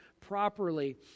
properly